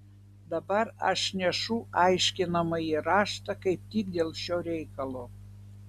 dabar aš nešu aiškinamąjį raštą kaip tik dėl šio reikalo